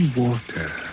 water